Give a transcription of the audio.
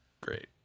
great